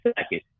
second